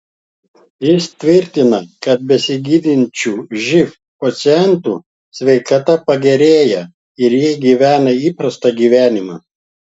jis tvirtina kad besigydančių živ pacientų sveikata pagerėja ir jie gyvena įprastą gyvenimą